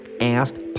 Asked